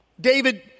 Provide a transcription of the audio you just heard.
David